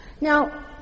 Now